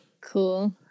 Cool